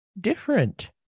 different